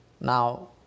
Now